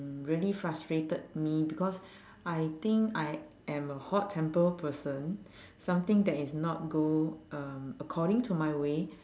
really frustrated me because I think I am a hot temper person something that is not go um according to my way